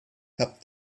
kept